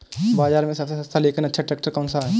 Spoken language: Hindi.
बाज़ार में सबसे सस्ता लेकिन अच्छा ट्रैक्टर कौनसा है?